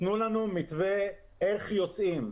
תנו לנו מתווה איך יוצאים.